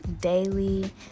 daily